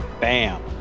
bam